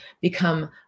become